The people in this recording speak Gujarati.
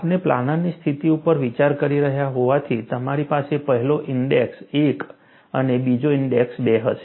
આપણે પ્લાનરની સ્થિતિ ઉપર વિચાર કરી રહ્યા હોવાથી તમારી પાસે પહેલો ઇન્ડેક્સ 1 અને બીજો ઇન્ડેક્સ 2 હશે